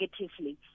negatively